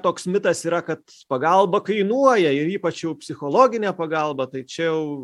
toks mitas yra kad pagalba kainuoja ir ypač jau psichologinė pagalba tai čia jau